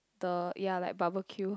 the ya like barbecue